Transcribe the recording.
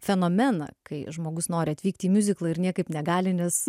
fenomeną kai žmogus nori atvykti į miuziklą ir niekaip negali nes